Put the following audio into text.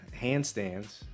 Handstands